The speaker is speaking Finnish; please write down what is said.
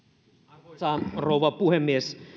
arvoisa rouva puhemies